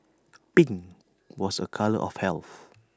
pink was A colour of health